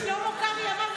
כי שלמה קרעי אמר עשר פעמים.